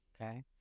Okay